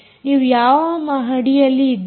ನೀವು ಯಾವ ಮಹಡಿಯಲ್ಲಿ ಇದ್ದೀರಿ